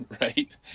right